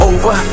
Over